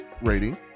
rating